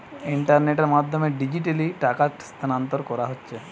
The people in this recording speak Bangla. ইন্টারনেটের মাধ্যমে ডিজিটালি টাকা স্থানান্তর কোরা হচ্ছে